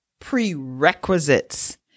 prerequisites